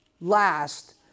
last